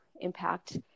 impact